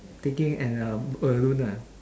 taking an a balloon ah